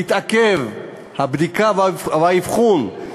הבדיקה והאבחון מתעכבים,